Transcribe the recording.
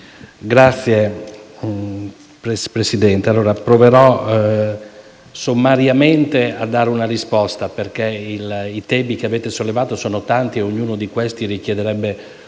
Signor Presidente, proverò sommariamente a dare una risposta, perché i temi che avete sollevato sono tanti ed ognuno di essi richiederebbe un approfondimento